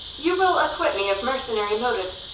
you will acquit me of mercenary motives,